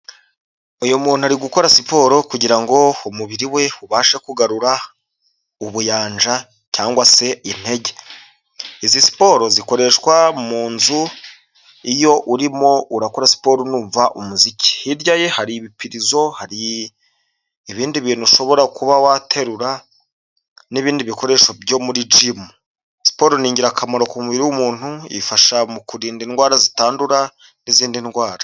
Uyu muntu ari gukora siporo kugirango umubiri we ubashe kugarura ubuyanja cyangwa se intege. Izi siporo zikoreshwa mu nzu, iyo urimo urakora siporo unumva umuziki. Hirya ye hari ibipirizo, hari ibindi bintu ushobora kuba waterura, n'ibindi bikoresho byo muri jimu. Siporo ni ingirakamaro ku mubiri w'umuntu, ifasha mu kurinda indwara zitandura n'izindi ndwara.